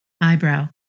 Eyebrow